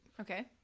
Okay